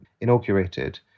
inaugurated